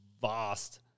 vast